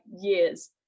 years